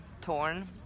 torn